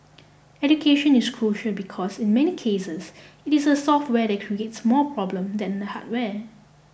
education is crucial because in many cases it is the software that creates more problems than the hardware